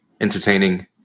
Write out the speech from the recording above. entertaining